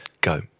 go